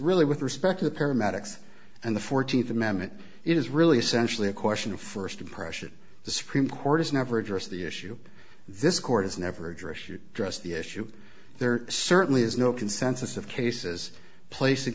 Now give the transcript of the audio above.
really with respect to the paramedics and the fourteenth amendment it is really essentially a question of first impression the supreme court has never addressed the issue this court has never addressed your address the issue there certainly is no consensus of cases placing